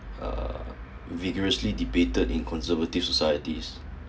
uh vigorously debated in conservative societies